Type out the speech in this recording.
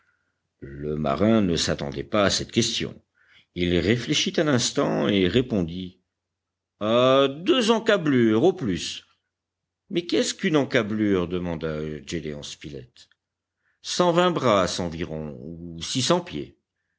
le marin ne s'attendait pas à cette question il réfléchit un instant et répondit à deux encablures au plus mais qu'est-ce qu'une encablure demanda gédéon spilett cent vingt brasses environ ou six cents pieds